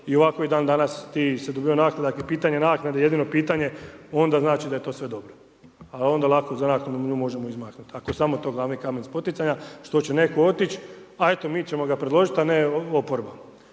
i ovako i dan danas ti se dobivaju naknadu, ako je pitanje naknade jedino pitanje onda znači da je to sve dobro a onda lako za naknadu nju možemo izmaknuti ako je samo to glavni kamen spoticanja što će netko otići a eto mi ćemo ga predložiti a ne oporba.